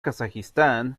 kazajistán